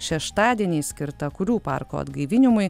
šeštadienį skirta kulių parko atgaivinimui